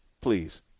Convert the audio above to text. Please